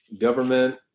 government